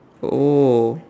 oh